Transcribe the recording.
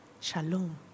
Shalom